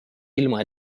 ilma